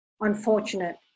unfortunate